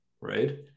right